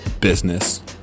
business